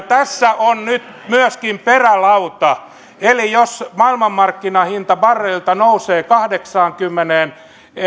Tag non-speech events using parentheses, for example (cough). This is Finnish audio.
(unintelligible) tässä on nyt myöskin perälauta eli jos maailmanmarkkinahinta barrelilta nousee kahdeksaankymmeneen